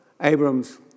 Abram's